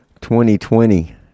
2020